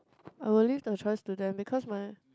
I will leave the choice to them because my